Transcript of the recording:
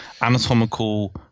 anatomical